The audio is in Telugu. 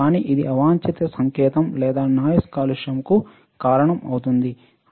కానీ ఇది అవాంఛిత సంకేతం లేదా నాయిస్ కాలుష్యం కు కారణం అవుతుంది